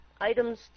items